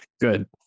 Good